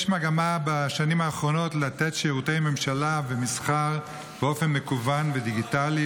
יש מגמה בשנים האחרונות לתת שירותי ממשלה ומסחר באופן מקוון ודיגיטלי,